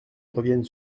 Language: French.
revienne